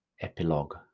Epilogue